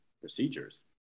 procedures